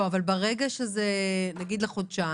ברגע שזה לחודשיים,